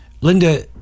Linda